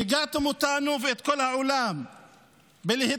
שיגעתם אותנו ואת כל העולם בלהתגאות